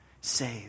Save